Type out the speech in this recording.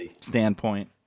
standpoint